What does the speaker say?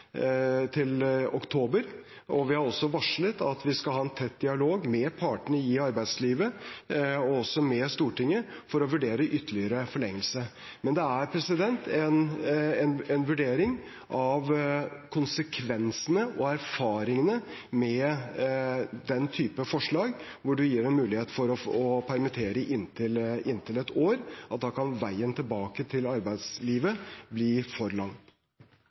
oktober, og vi har også varslet at vi skal ha en tett dialog med partene i arbeidslivet og også med Stortinget for å vurdere ytterligere forlengelse. Men det er en vurdering av konsekvensene av og erfaringene med den type forslag hvor man gir en mulighet for å permittere i inntil ett år, at da kan veien tilbake til arbeidslivet bli for lang.